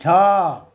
ଛଅ